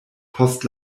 post